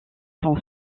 son